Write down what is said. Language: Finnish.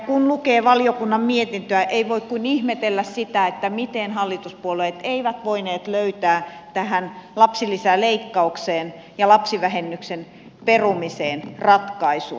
kun lukee valiokunnan mietintöä ei voi kuin ihmetellä sitä miten hallituspuolueet eivät voineet löytää tähän lapsilisäleikkaukseen ja lapsivähennyksen perumiseen ratkaisua